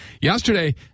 Yesterday